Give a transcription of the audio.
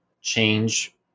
change